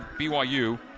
BYU